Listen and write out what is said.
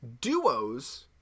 duos